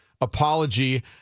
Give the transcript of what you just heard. apology